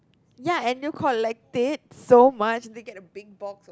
ya and they will collect it so much they get a big box